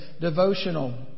devotional